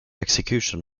execution